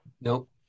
Nope